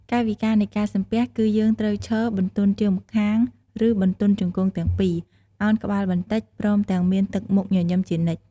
កាយវិការនៃការសំពះ គឺយើងត្រូវឈរ បន្ទន់ជើងម្ខាងឬបន្ទន់ជង្គង់ទាំងពីរ ឱនក្បាលបន្តិច ព្រមទាំងមានទឹកមុខញញឹមជានិច្ច។